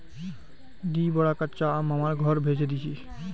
दी बोरा कच्चा आम मामार घर भेजे दीछि